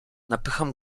napycham